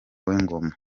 w’ingoma